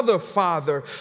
father